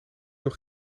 nog